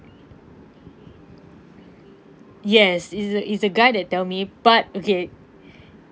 yes is the is the guy that tell me but okay